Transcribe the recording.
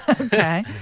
Okay